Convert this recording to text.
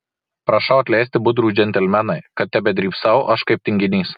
prašau atleisti budrūs džentelmenai kad tebedrybsau aš kaip tinginys